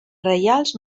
reials